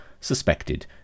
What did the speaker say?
suspected